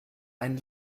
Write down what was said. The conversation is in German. einen